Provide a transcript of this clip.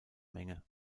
menge